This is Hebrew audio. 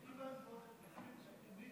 אם,